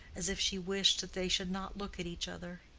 as if she wished that they should not look at each other.